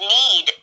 need